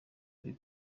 ari